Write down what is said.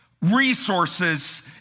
resources